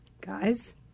guys